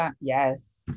Yes